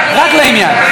תשתנה.